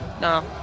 no